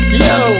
yo